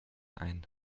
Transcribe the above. ein